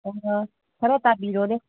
ꯈꯔ ꯇꯥꯕꯤꯔꯣꯅꯦ